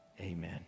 Amen